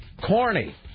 corny